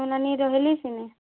ହଁ ନାନୀ ରହିଲି